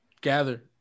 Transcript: gather